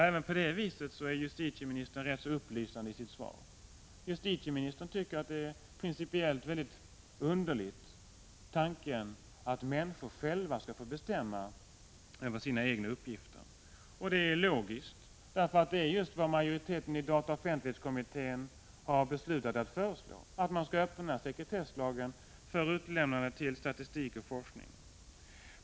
Även på det sättet är justitieministerns svar rätt upplysande. Justitieministern tycker att det är principiellt underligt att människor själva skall få bestämma över sina egna uppgifter. Det är logiskt, därför att det är just vad majoriteten i dataoch offentlighetskommittén har beslutat att föreslå: man skall öppna sekretesslagen för utlämnande till statistik och forskning.